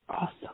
Awesome